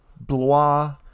Blois